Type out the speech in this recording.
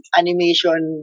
animation